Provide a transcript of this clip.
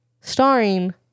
starring